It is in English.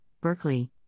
Berkeley